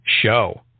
Show